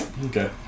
Okay